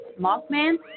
Mothman